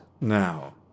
Now